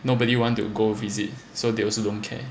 nobody want to go visit so they also don't care